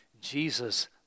Jesus